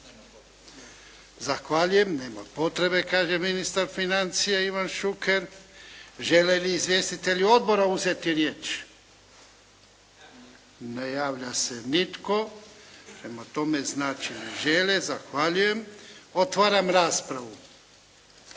Zahvaljujem, nema potrebe kaže ministar financija Ivan Šuker. Žele li izvjestitelji odbora uzeti riječ? Ne javlja se nitko, prema tome znači ne žele. Zahvaljujem. Otvaram raspravu.